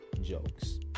jokes